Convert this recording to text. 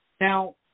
Now